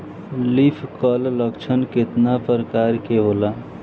Leaf curl लक्षण केतना परकार के होला?